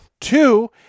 Two